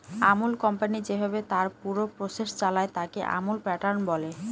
Amul company যেভাবে তার পুরো প্রসেস চালায়, তাকে আমুল প্যাটার্ন বলে